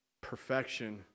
perfection